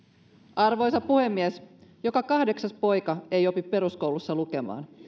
arvoisa puhemies joka kahdeksas poika ei opi peruskoulussa lukemaan